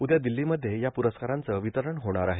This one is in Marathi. उदया दिल्लीमध्ये या पुरस्कारांचं र्वितरण होणार आहे